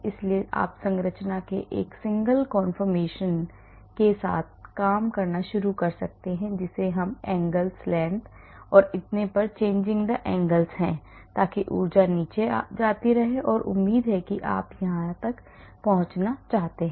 इसलिए आप संरचना के एक single conformation के साथ शुरू कर सकते हैं जिसे हम angles lengths और इतने पर changing the anglesहैं ताकि ऊर्जा नीचे जाती रहे और उम्मीद है कि आप यहां तक पहुंचना चाहते हैं